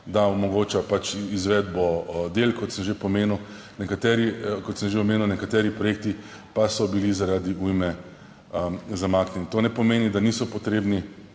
da omogoča izvedbo del, kot sem že omenil, nekateri, kot sem že omenil, nekateri projekti pa so bili zaradi ujme zamaknjeni. To ne pomeni, da niso potrebni